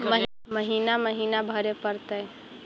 महिना महिना भरे परतैय?